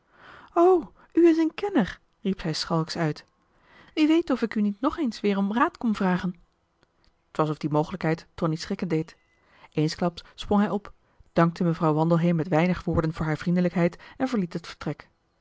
u is een kenner riep zij schalks uit wie weet of ik u niet nog eens weer om raad kom vragen t was of die mogelijkheid tonie schrikken deed eensklaps sprong hij op dankte mevrouw wandelheem met weinig woorden voor haar vriendelijkheid en verliet het vertrek